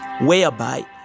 whereby